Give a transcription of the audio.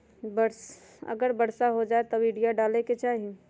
अगर वर्षा हो जाए तब यूरिया डाले के चाहि?